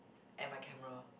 and my camera